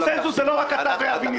קונצנזוס זה לא רק אתה ואבי ניסנקורן.